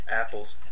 Apples